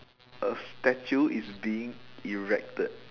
a statue is being erected